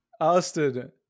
Austin